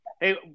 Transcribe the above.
Hey